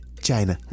China